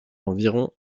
environ